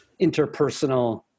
interpersonal